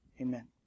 Amen